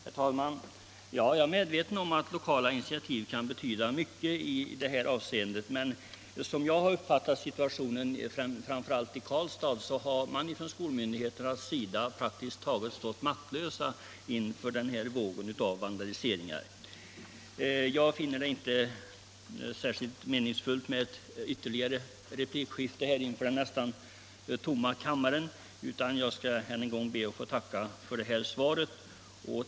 Herr talman! Jag är medveten om att lokala initiativ kan betyda mycket i detta avseende. Som jag har uppfattat situationen, framför allt i Karlstad, har skolmyndigheterna emellertid praktiskt taget stått maktlösa inför vågen av vandaliseringar. Jag finner det inte särskilt meningsfullt med ett ytterligare replikskifte inför denna nästan tomma kammare, utan jag ber att än en gång få tacka för svaret.